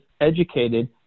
educated